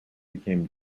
became